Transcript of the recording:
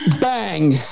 Bang